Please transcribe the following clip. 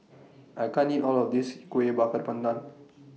I can't eat All of This Kueh Bakar Pandan